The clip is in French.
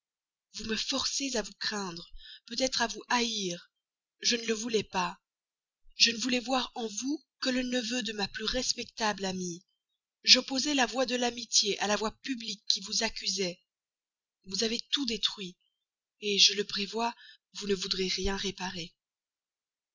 vous me forcez à vous craindre peut-être à vous haïr je ne le voulais pas je ne voulais voir en vous que le neveu de ma plus respectable amie j'opposais la voix de l'amitié à la voix publique qui vous accusait vous avez tout détruit je le prévois vous ne voudrez rien réparer